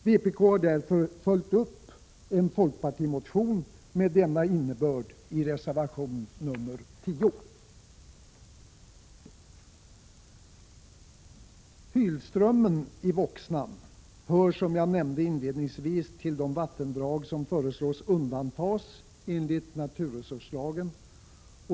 Vpk har därför följt upp en folkpartimotion med denna innebörd i reservation nr 10. Hylströmmen i Voxnan hör som jag nämnde inledningsvis till de vattendrag som föreslår blir undantagna enligt NRL.